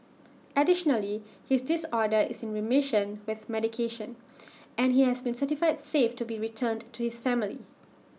additionally his disorder is in remission with medication and he has been certified safe to be returned to his family